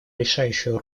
решающую